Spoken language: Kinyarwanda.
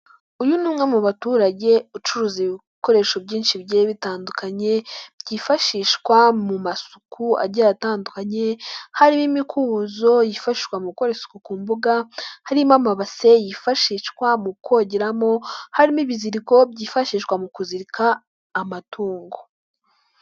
Uyu ni umwe mu baturage ucuruza ibikoresho byinshi byari bitandukanye, byifashishwa mu masuku agiye atandukanye, harimo imikubuzo yifashishwa mu gukora isuku ku mbuga, harimo amabase yifashishwa mu kogeramo, harimo ibiziriko byifashishwa mu kuzirika amatungo.